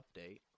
update